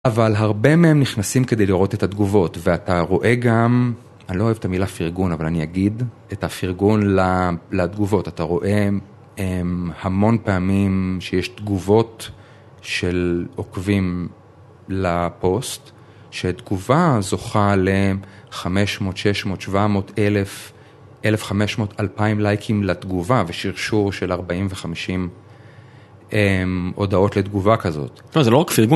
אבל הרבה מהם נכנסים כדי לראות את התגובות, ואתה רואה גם, אני לא אוהב את המילה פרגון, אבל אני אגיד, את הפרגון לתגובות. אתה רואה המון פעמים שיש תגובות של עוקבים לפוסט, שתגובה זוכה ל-500, 600, 700, 1,000, 1,500, 2,000 לייקים לתגובה, ושרשור של 40 ו-50 הודעות לתגובה כזאת. זה לא רק פרגון.